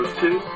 two